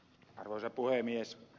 arvoisa puhemies